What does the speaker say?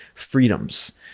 freedoms.